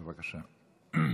בבקשה.